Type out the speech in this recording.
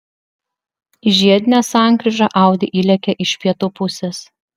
į žiedinę sankryžą audi įlėkė iš pietų pusės